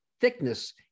thickness